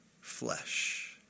flesh